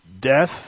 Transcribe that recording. death